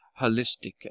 holistic